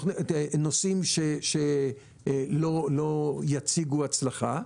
נושאים שלא יציגו הצלחה,